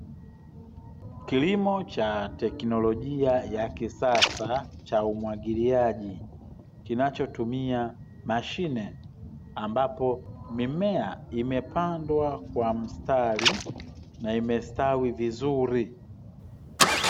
Kilimo cha teknolojia ya kisasa cha umwagiliaji kinachotumia mashine, ambapo mimea imepandwa kwa mstari na imestawi vizuri.